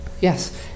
yes